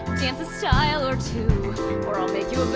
dance a style or two. or i'll make you a bet,